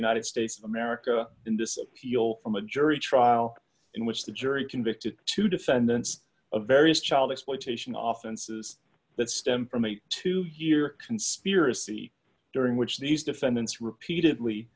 united states of america in this appeal from a jury trial in which the jury convicted two defendants of various child exploitation off and says that stemmed from a two year conspiracy during which these defendants repeatedly